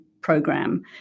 program